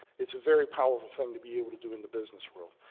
it's a very powerful thing to be able to do in the business world.